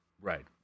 Right